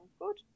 good